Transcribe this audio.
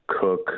Cook